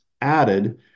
added